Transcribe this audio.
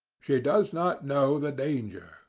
she does not know the danger,